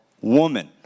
woman